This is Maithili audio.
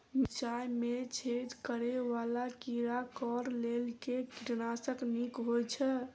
मिर्चाय मे छेद करै वला कीड़ा कऽ लेल केँ कीटनाशक नीक होइ छै?